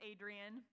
Adrian